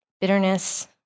bitterness